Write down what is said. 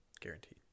Guaranteed